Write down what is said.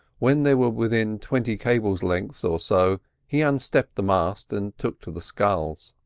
when they were within twenty cable lengths or so he unstepped the mast and took to the sculls.